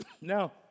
Now